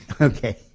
Okay